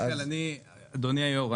אדוני היושב-ראש,